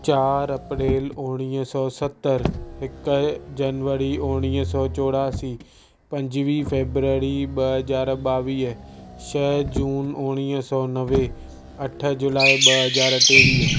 चार अप्रेल उणिवीह सौ सतरि हिकु जनवरी उणिवीह सौ चौरासी पंजवीह फेबररी ॿ हज़ार ॿावीह छह जून उणिवीह सौ नवे अठ जुलाई ॿ हज़ार टेवीह